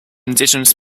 indigenous